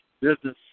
business